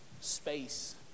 space